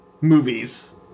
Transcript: movies